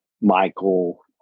Michael